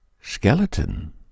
skeleton